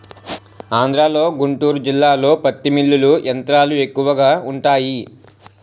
ఆంధ్రలో గుంటూరు జిల్లాలో పత్తి మిల్లులు యంత్రాలు ఎక్కువగా వుంటాయి